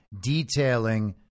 detailing